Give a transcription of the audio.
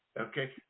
Okay